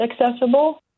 accessible